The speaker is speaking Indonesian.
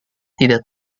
tidak